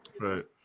Right